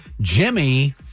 Jimmy